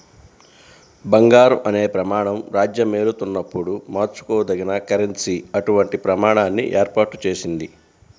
బంగారం అనే ప్రమాణం రాజ్యమేలుతున్నప్పుడు మార్చుకోదగిన కరెన్సీ అటువంటి ప్రమాణాన్ని ఏర్పాటు చేసింది